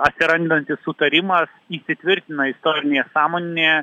atsirandantis sutarimas įsitvirtina istorinėje sąmonėje